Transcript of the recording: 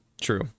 true